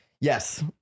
yes